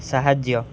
ସାହାଯ୍ୟ